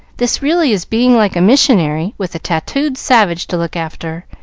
this really is being like a missionary, with a tattooed savage to look after.